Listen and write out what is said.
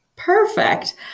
Perfect